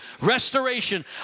restoration